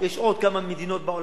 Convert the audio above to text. יש עוד כמה מדינות,